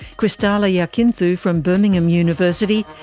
christalla yakinthou from birmingham university,